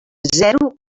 zero